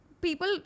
people